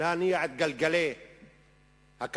להניע את גלגלי הכלכלה,